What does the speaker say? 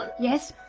yes?